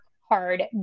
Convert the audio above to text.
hard